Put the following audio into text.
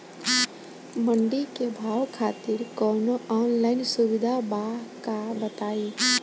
मंडी के भाव खातिर कवनो ऑनलाइन सुविधा बा का बताई?